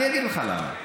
אני אגיד לך למה,